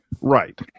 right